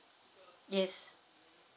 yes